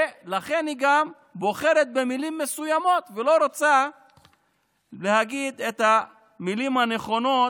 ולכן היא גם בוחרת במילים מסוימות ולא רוצה להגיד את המילים הנכונות